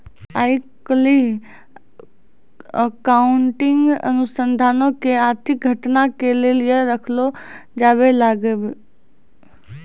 आइ काल्हि अकाउंटिंग अनुसन्धानो के आर्थिक घटना के लेली रखलो जाबै लागलै